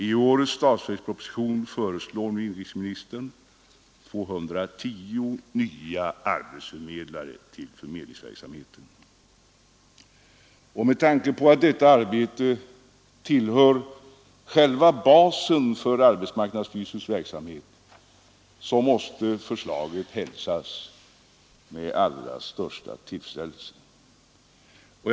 I årets statsverksproposition föreslår inrikesministern 210 nya arbetsförmedlare till förmedlingsverksamheten. Med tanke på att detta arbete tillhör själva basen för arbetsmarknadsstyrelsens verksamhet måste förslaget hälsas med den allra största tillfredsställelse.